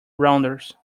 rounders